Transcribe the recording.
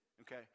okay